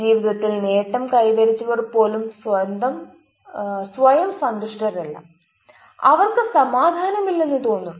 ജീവിതത്തിൽ നേട്ടം കൈവരിച്ചവർ പോലും സ്വയം സന്തുഷ്ടരല്ലഅവർക്ക് സമാധാനമില്ലെന്ന് തോന്നുന്നു